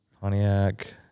Pontiac